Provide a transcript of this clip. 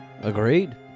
Agreed